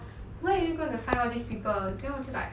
where are you gonna find all this people then 我就 like